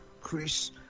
Chris